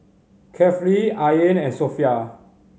Kefli Ain and Sofea